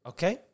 Okay